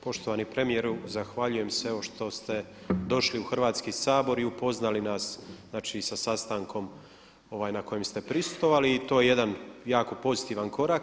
Poštovani premijeru, zahvaljujem se evo što ste došli u Hrvatski sabor i upoznali nas znači sa sastankom na kojem ste prisustvovali i to je jedan jako pozitivan korak.